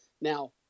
Now